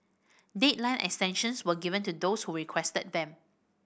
deadline extensions were given to those who requested them